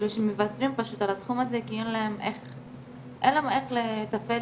שמוותרים על התחום הזה כי אין להם איך לתפעל